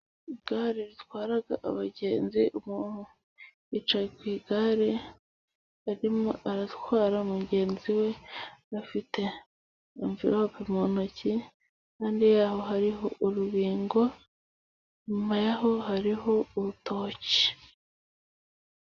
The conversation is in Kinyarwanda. Igare ritwara abagenzi, umuntu yicaye ku igare arimo aratwara mugenzi we, afite amverope mu ntoki, impande yaho hariho urubingo, inyuma yaho hariho urutoki.